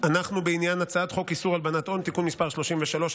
אנחנו בעניין הצעת חוק איסור הלבנת הון (תיקון מס' 33),